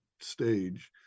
stage